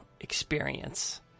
experience